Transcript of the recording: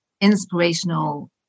inspirational